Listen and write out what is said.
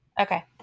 Okay